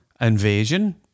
invasion